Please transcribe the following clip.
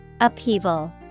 Upheaval